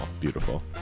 beautiful